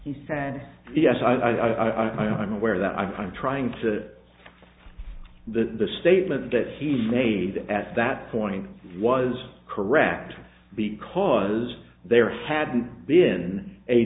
he said yes i have i'm aware that i'm trying to the statement that he made at that point was correct because there hadn't been a